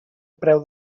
preu